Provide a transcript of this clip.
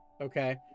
okay